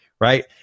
right